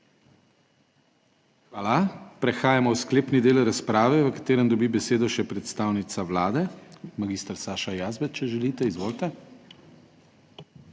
Hvala. Prehajamo v sklepni del razprave, v katerem dobi besedo še predstavnica Vlade, magister Saša Jazbec, če želite. Izvolite.